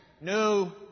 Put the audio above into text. No